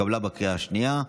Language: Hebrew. התקבלה בקריאה שנייה.